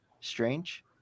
Strange